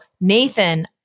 Nathan